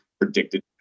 predicted